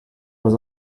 was